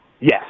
Yes